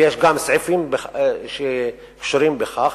ויש גם סעיפים שקשורים בכך,